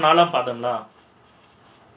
நான்லாம் பார்த்தனா:naanlaam parthanaa